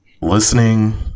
listening